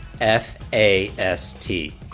F-A-S-T